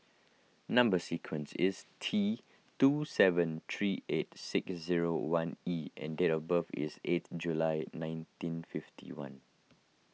Number Sequence is T two seven three eight six zero one E and date of birth is eighth July nineteen fifty one